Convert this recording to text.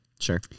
Sure